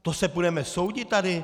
To se budeme soudit tady?